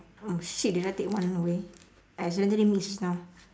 oh shit did I take one way I accidentally miss count